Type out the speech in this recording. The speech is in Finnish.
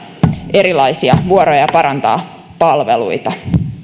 erilaisia vuoroja ja parantaa palveluita